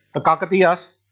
ah kakatiyas,